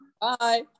Bye